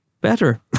better